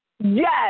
Yes